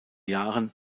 jahren